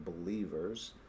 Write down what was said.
believers